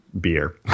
Beer